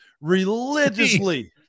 religiously